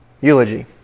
Eulogy